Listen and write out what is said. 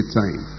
time